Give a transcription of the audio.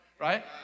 right